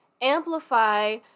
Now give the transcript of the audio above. amplify